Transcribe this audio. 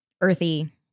earthy